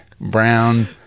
brown